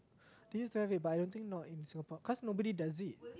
they used to have it but I don't think not in Singapore because nobody does it